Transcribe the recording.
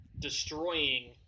Destroying